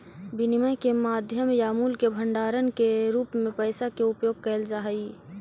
विनिमय के माध्यम या मूल्य के भंडारण के रूप में पैसा के उपयोग कैल जा हई